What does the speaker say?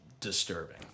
Disturbing